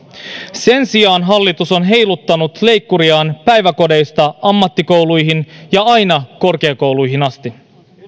sen sijaan hallitus on heiluttanut leikkuriaan päiväkodeista ammattikouluihin ja aina korkeakouluihin asti